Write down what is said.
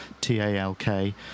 T-A-L-K